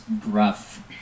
gruff